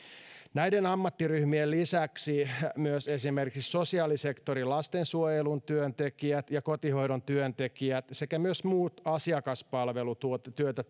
näiden ammattiryhmien lisäksi myös esimerkiksi sosiaalisektorin lastensuojelun työntekijät ja kotihoidontyöntekijät sekä myös muut asiakaspalvelutyötä